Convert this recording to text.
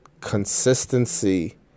consistency